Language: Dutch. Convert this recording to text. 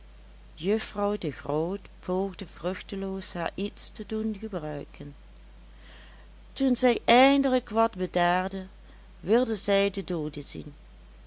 juffrouw de groot poogde vruchteloos haar iets te doen gebruiken toen zij eindelijk wat bedaarde wilde zij de doode zien